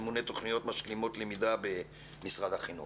מנהל תוכניות משלימות למידה במשרד החינוך.